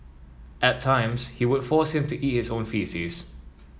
at times he would force him to eat his own faeces